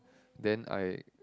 then I